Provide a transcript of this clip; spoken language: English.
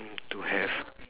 mm to have